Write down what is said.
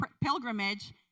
pilgrimage